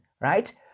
right